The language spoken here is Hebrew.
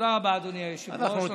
תודה רבה, אדוני היושב-ראש.